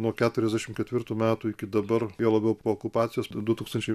nuo keturiasdešim ketvirtų metų iki dabar juo labiau po okupacijos du tūkstančiai